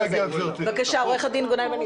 הם קוראים גם במוצאי השבת הקרוב להגיע, גברתי.